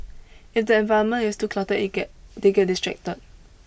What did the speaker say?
if the environment is too cluttered it get they get distracted